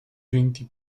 venti